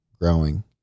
growing